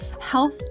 health